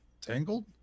Tangled